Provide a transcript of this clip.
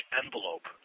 envelope